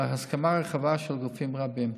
והסכמה רחבה של גופים רבים.